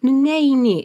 nu ne eini